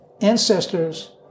ancestors